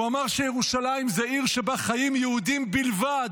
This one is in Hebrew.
הוא אמר שירושלים היא עיר שבה חיים יהודים בלבד.